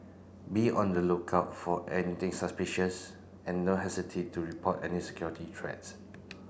be on the lookout for anything suspicious and no hesitate to report any security threats